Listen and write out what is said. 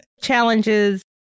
challenges